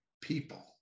people